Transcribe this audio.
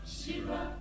Shira